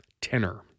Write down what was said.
tenor